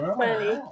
funny